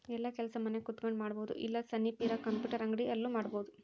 ಯೆಲ್ಲ ಕೆಲಸ ಮನ್ಯಾಗ ಕುಂತಕೊಂಡ್ ಮಾಡಬೊದು ಇಲ್ಲ ಸನಿಪ್ ಇರ ಕಂಪ್ಯೂಟರ್ ಅಂಗಡಿ ಅಲ್ಲು ಮಾಡ್ಬೋದು